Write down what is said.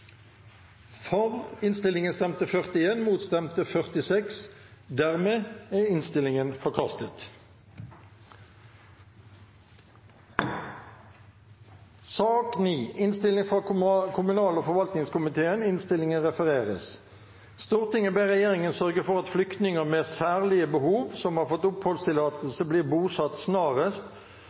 for finansieringen, også utover femårsperioden. Senterpartiet fremmer derfor, sammen med Arbeiderpartiet og SV, et forslag der Stortinget ber regjeringen sørge for at flyktninger med særskilte behov som har fått oppholdstillatelse, blir bosatt snarest,